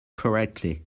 correctly